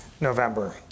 November